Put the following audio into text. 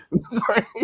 sorry